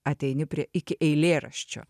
ateini prie iki eilėraščio